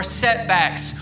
setbacks